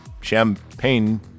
champagne